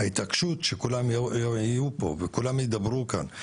ההתעקשות שכולם יהיו פה וכולם ידברו כאן,